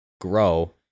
grow